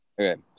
Okay